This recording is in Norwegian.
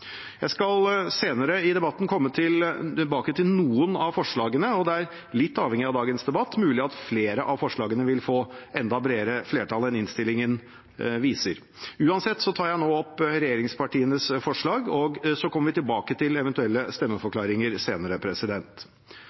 Jeg skal senere i debatten komme tilbake til noen av forslagene, og det er – litt avhengig av dagens debatt – mulig at flere av forslagene vil få enda bredere flertall enn innstillingen viser. Uansett tar jeg nå opp regjeringspartienes forslag, og så kommer vi tilbake til eventuelle stemmeforklaringer senere.